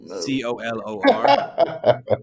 C-O-L-O-R